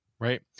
Right